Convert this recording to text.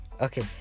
Okay